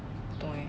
不懂 eh